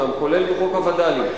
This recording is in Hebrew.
כולל בחוק הווד"לים.